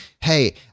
hey